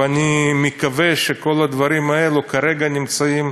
ואני מקווה שכל הדברים האלה כרגע נמצאים